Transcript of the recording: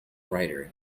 writer